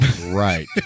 right